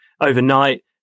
overnight